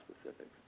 specifics